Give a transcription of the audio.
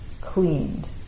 cleaned